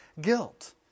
guilt